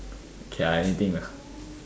okay I anything lah